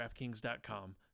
DraftKings.com